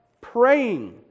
praying